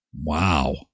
Wow